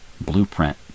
blueprint